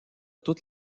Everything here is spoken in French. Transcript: toute